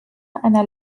einer